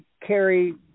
carry